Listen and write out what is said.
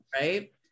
right